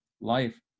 life